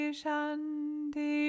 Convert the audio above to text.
shanti